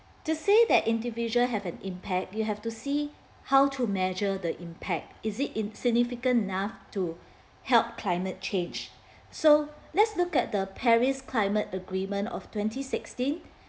to say that individual have an impact you have to see how to measure the impact is it insignificant enough to help climate change so let's look at the Paris climate agreement of twenty sixteen